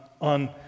on